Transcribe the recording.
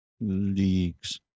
leagues